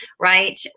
right